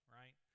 right